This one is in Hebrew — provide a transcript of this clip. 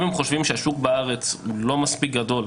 אם הן חושבות שהשוק בארץ לא מספיק גדול,